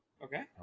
Okay